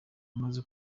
amaze